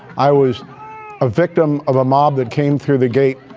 i was a victim of a mob that came through the gate.